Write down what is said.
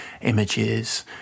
Images